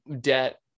debt